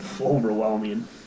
overwhelming